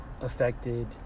affected